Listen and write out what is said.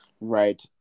Right